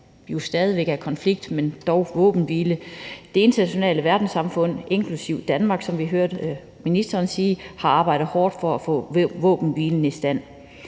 jo stadig væk en konflikt, men dog en våbenhvile. Det internationale verdenssamfund inklusive Danmark, som vi hørte ministeren sige, har arbejdet hårdt for at få våbenhvilen i stand.